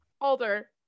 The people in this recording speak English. Alder